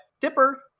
Dipper